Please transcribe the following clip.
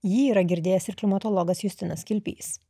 jį yra girdėjęs ir klimatologas justinas kilpys